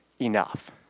enough